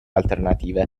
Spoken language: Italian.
alternative